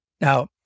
Now